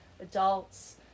adults